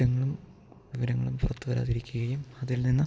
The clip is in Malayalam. കുറ്റങ്ങളും വിവരങ്ങളും പുറത്ത് വരാതിരിക്കുകയും അതിൽ നിന്ന്